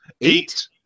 Eight